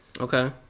Okay